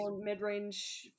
mid-range